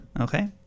Okay